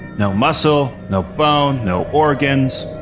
no muscle, no bone, no organs.